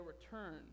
return